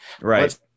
Right